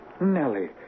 Nellie